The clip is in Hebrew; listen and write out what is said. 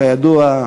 כידוע,